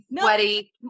sweaty